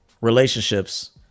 relationships